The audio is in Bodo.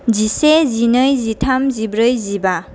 जिसे जिनै जिथाम जिब्रै जिबा